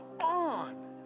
on